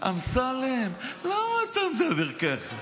אמסלם, למה אתה מדבר ככה?